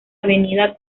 avenida